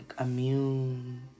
immune